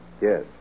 Yes